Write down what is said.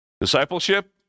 Discipleship